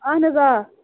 اَہن حظ آ